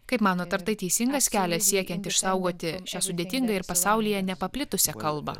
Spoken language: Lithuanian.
kaip manot ar tai teisingas kelias siekiant išsaugoti šią sudėtingą ir pasaulyje nepaplitusią kalbą